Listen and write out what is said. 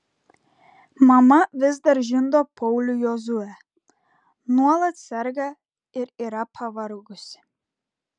mama vis dar žindo paulių jozuę nuolat serga ir yra pavargusi